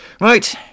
Right